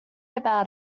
about